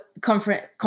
conference